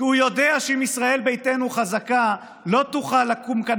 כי הוא יודע שעם ישראל ביתנו חזקה לא תוכל לקום כאן